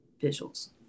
visuals